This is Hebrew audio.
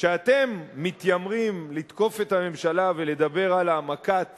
כשאתם מתיימרים לתקוף את הממשלה ולדבר על העמקת